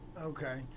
okay